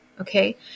okay